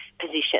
position